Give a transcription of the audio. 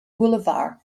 boulevard